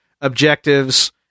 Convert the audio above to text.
objectives